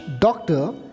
doctor